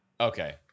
Okay